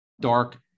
dark